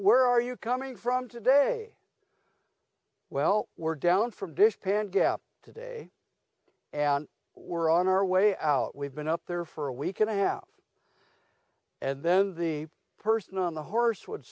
we're are you coming from today well we're down from dish pan gap today and we're on our way out we've been up there for a week and a half and then the person on the horse would